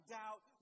doubt